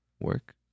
Work